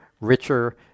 Richer